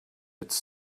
its